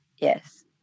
yes